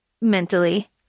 mentally